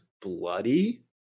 bloody